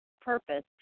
purpose